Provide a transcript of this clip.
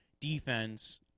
defense